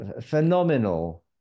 phenomenal